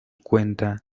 cuenta